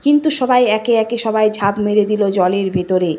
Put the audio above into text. কিন্তু সবাই একে একে সবাই ঝাঁপ মেরে দিল জলের ভেতরে